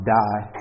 die